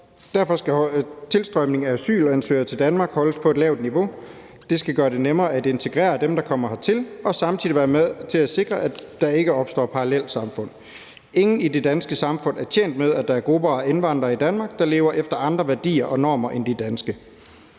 Derfor skal tilstrømningen af asylansøgere til Danmark holdes på et lavt niveau. Det skal gøre det nemmere at integrere dem, der kommer hertil, og samtidig være med til at sikre, at der ikke opstår parallelsamfund. Ingen i det danske samfund er tjent med, at der er grupper af indvandrere i Danmark, der lever efter andre værdier og normer end de danske.